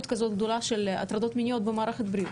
גדול כזה של הטרדות מיניות במערכת הבריאות.